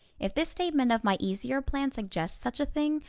if this statement of my easier plan suggests such a thing,